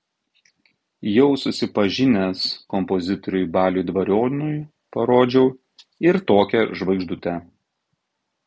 jau susipažinęs kompozitoriui baliui dvarionui parodžiau ir tokią žvaigždutę